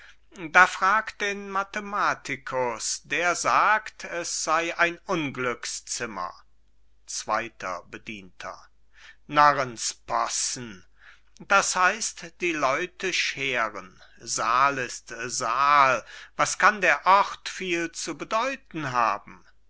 das frag den mathematikus der sagt es sei ein unglückszimmer zweiter bedienter narrenspossen das heißt die leute scheren saal ist saal was kann der ort viel zu bedeuten haben